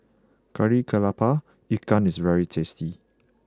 Kari Kepala Ikan is very tasty